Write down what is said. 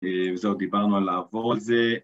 וזהו, דיברנו על לעבור על זה.